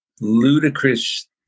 ludicrous